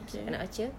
okay